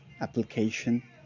application